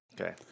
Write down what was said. Okay